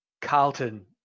Carlton